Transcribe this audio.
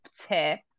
tip